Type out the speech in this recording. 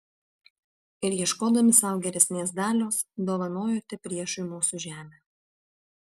ir ieškodami sau geresnės dalios dovanojote priešui mūsų žemę